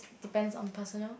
depends on personal